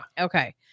Okay